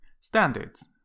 Standards